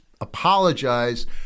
apologize